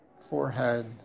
Forehead